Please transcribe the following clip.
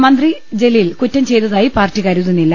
മന്ത്രി ജലീൽ കുറ്റം ചെയ്തതായി പാർട്ടി കരുതുന്നില്ല